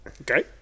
Okay